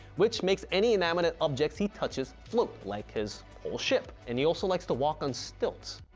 which makes any inanimate objects he touches float like his whole ship. and he also likes to walk on stilts,